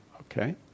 Okay